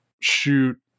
shoot